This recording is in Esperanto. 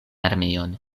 armeon